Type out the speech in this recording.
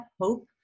hope